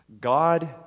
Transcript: God